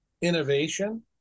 innovation